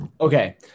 okay